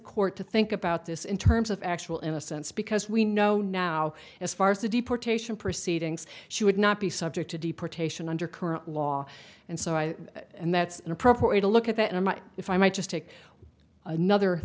court to think about this in terms of actual innocence because we know now as far as the deportation proceedings she would not be subject to deportation under current law and so i and that's an appropriate way to look at that and if i might just take another